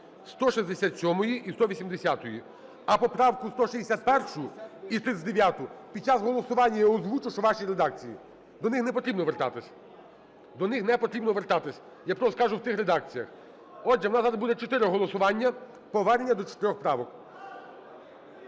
167-ї і 180-ї, а поправку 161 і 39 під час голосування я озвучу, що у вашій редакції, до них не потрібно вертатися, до них не потрібно вертатися, я просто скажу в тих редакціях. Отже, у нас завтра буде чотири голосування, повернення до чотирьох